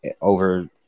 over